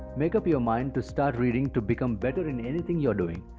make up your mind to start reading to become better in anything you are doing.